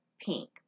pink